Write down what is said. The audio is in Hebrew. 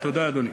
תודה, אדוני.